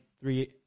three